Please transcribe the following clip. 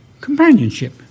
companionship